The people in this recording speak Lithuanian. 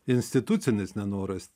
institucinis nenoras